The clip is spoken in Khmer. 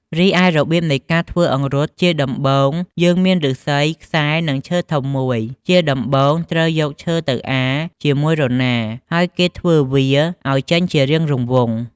រីឯរប្រៀបនៃការធ្វើអង្រុតជាដំបូងយើងមានឫស្សីំ ខ្សែ និងឈើធំមួយជាដំបូងត្រូវយកឈើទៅអាជាមួយរណាហើយគេធ្វើវាឲ្យចេញជារាងរង្វង់។